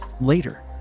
later